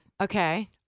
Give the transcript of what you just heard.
Okay